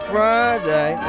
Friday